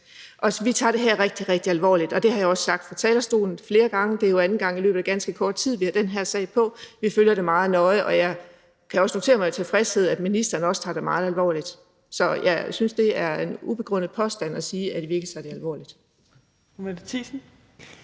Vi tager det her rigtig, rigtig alvorligt, og det har jeg også sagt fra talerstolen flere gange. Det er jo anden gang i løbet af ganske kort tid, vi har den her sag på, og vi følger det meget nøje, og jeg kan også notere mig med tilfredshed, at ministeren også tager det meget alvorligt. Så jeg synes, det er en ubegrundet påstand at sige, at vi ikke tager det alvorligt.